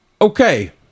Okay